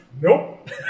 nope